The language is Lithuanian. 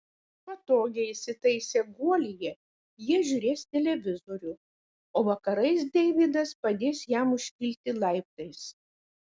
patogiai įsitaisę guolyje jie žiūrės televizorių o vakarais deividas padės jam užkilti laiptais